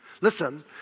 Listen